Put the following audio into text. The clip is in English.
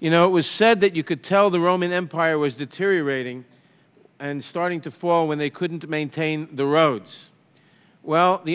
you know it was said that you could tell the roman empire was deteriorating and starting to fall when they couldn't maintain the roads well the